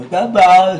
הוא נשאר בארץ